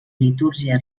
litúrgia